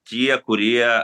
tie kurie